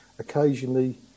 Occasionally